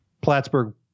Plattsburgh